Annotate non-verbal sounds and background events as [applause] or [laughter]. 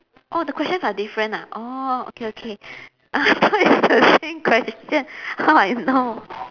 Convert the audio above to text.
orh the questions are different ah orh okay okay [laughs] I thought is the same question how I know